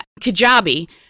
Kajabi